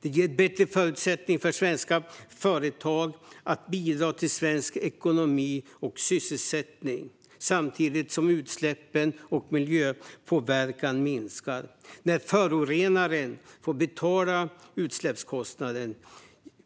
Det ger bättre förutsättningar för svenska företag att bidra till svensk ekonomi och sysselsättning, samtidigt som utsläpp och miljöpåverkan minskar när förorenaren får betala utsläppskostnaden.